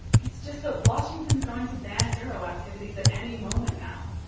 it's just that washington's going to ban hero activities at any moment now.